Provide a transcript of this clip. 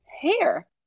hair